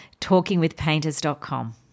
talkingwithpainters.com